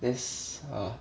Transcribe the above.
that's ah